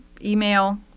email